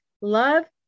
Love